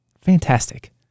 fantastic